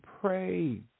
pray